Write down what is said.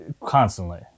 constantly